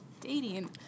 dating